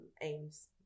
aims